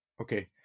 Okay